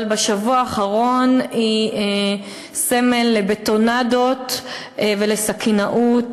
אבל בשבוע האחרון היא סמל לבטונדות ולסכינאות,